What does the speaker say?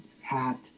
Hat